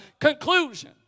conclusion